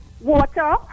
Water